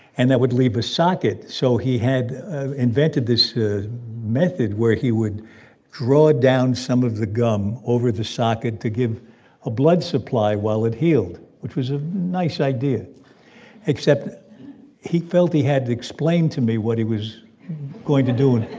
and that would leave a socket. so he had invented this method where he would draw down some of the gum over the socket to give a blood supply while it healed, which was a nice idea except he felt he had to explain to me what he was going to do.